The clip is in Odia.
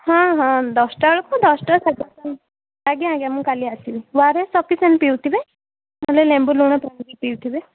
ହଁ ହଁ ଦଶଟା ବେଳକୁ ଦଶଟାରୁ ସାଢ଼େ ଦଶଟା ବେଳକୁ ଆଜ୍ଞା ଆଜ୍ଞା ମୁଁ କାଲି ଆସିବି ଓ ଆର୍ ଏସ୍ ସଫିସେଣ୍ଟ ପିଉଥିବେ ନହଲେ ଲେମ୍ବୁ ଲୁଣ ପାଣି ବି ପିଉଥିବେ